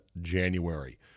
January